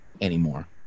anymore